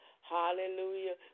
Hallelujah